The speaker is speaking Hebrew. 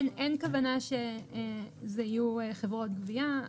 אין כוונה שזה יהיו חברת גבייה.